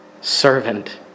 servant